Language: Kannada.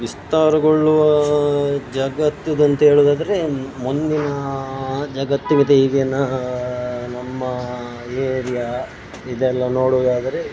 ವಿಸ್ತಾರಗೊಳ್ಳುವ ಜಗತ್ತದು ಅಂತ ಹೇಳುದಾದ್ರೆ ಮುಂದಿನ ಜಗತ್ತು ಮತ್ತು ಈಗಿನ ನಮ್ಮ ಏರಿಯಾ ಇದೆಲ್ಲ ನೋಡುವುದಾದ್ರೆ